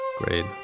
Great